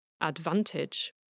advantage